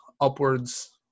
upwards –